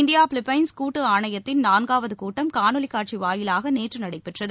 India Philippines கூட்டுஆணையத்தின் நான்காவதுகூட்டம் காணொலிகாட்சிவாயிலாகநேற்றுநடைபெற்றது